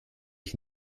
ich